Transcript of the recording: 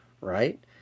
Right